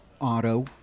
Auto